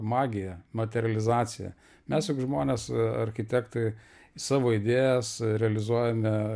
magiją materializaciją mes juk žmonės architektai savo idėjas realizuojame